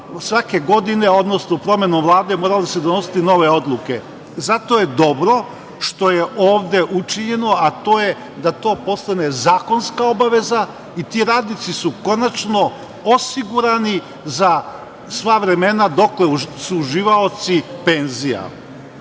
svake godine, odnosno promenom Vlade, morale su se donositi nove odluke. Zato je dobro što je ovde učinjeno, a to je da to postane zakonska obaveza i ti radnici su konačno osigurani za sva vremena, dokle su uživaoci penzija. Znate,